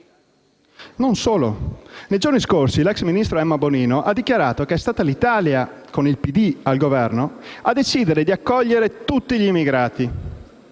Inoltre, nei giorni scorsi l'ex ministro Emma Bonino ha dichiarato che è stata l'Italia, con il PD al Governo, a decidere di accogliere tutti gli immigrati.